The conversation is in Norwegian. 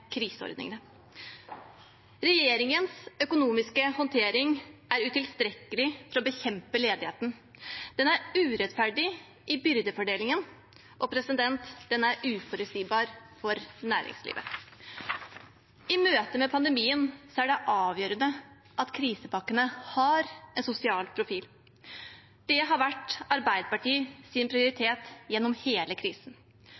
kriseordningene. Regjeringens økonomiske håndtering er utilstrekkelig for å bekjempe ledigheten. Den er urettferdig i byrdefordelingen, og den er uforutsigbar for næringslivet. I møte med pandemien er det avgjørende at krisepakkene har en sosial profil. Det har vært